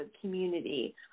community